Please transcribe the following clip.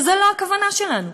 וזו לא הכוונה שלנו.